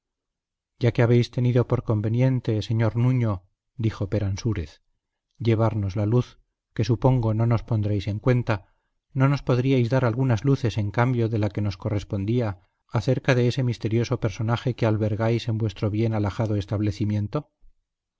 ya que habéis tenido por conveniente señor nuño dijo peransúrez llevarnos la luz que supongo no nos pondréis en cuenta no nos podríais dar algunas luces en cambio de la que nos correspondía acerca de ese misterioso personaje que albergáis en vuestro bien alhajado establecimiento